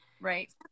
Right